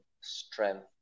strength